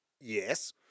Yes